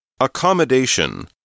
Accommodation